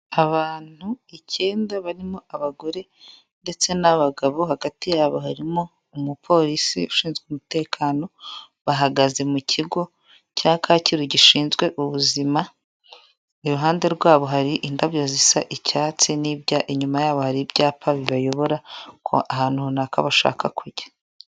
Abantu icyenda barimo abagore ndetse n'abagabo, hagati yabo harimo umupolisi ushinzwe umutekano, bahagaze mu kigo cya Kacyiru gishinzwe ubuzima, iruhande rwabo hari indabyo zisa icyatsi, inyuma yabo hari ibyapa bibayobora ahantu runaka bashaka kujya.